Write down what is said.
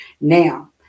Now